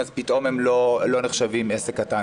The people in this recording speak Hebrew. פתאום הם לא נחשבים עסק קטן.